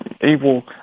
evil